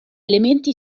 elementi